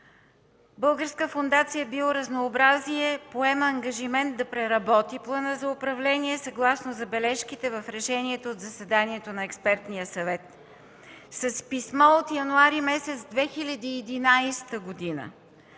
Българска фондация „Биоразнообразие” поема ангажимент да преработи плана за управление съгласно забележките в решението от заседанието на Експертния съвет. С писмо от месец януари 2011 г.